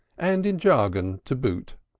and in jargon to boot.